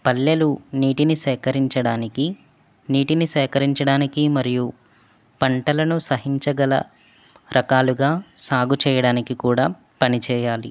పల్లెలు నీటిని సేకరించడానికి నీటిని సేకరించడానికి మరియు పంటలను సహించగల రకాలుగా సాగు చేయడానికి కూడా పనిచేయాలి